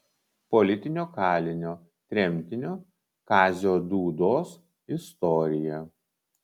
politinio kalinio tremtinio kazio dūdos istorija